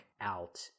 out